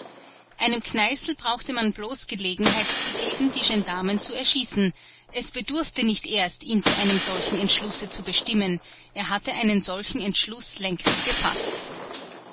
einem kneißl brauchte man bloß gelegenheit zu geben die gendarmen zu erschießen es bedurfte nicht erst ihn zu einem solchen entschlusse zu bestimmen er hatte einen solchen entschluß längst gefaßt